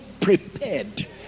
prepared